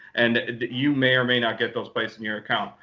and you may or may not get those placed in your account.